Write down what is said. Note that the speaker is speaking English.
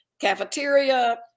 cafeteria